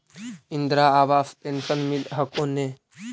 Indira Awas pension मिल हको ने?